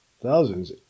thousands